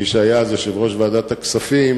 מי שהיה אז יושב-ראש ועדת הכספים